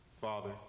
Father